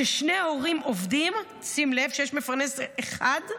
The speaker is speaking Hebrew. כששני ההורים עובדים, שים לב, כשיש מפרנס אחד,